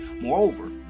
Moreover